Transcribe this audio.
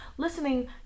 listening